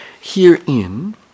Herein